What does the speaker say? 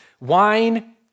wine